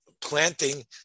planting